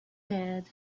bad